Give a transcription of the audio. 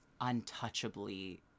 untouchably